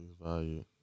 value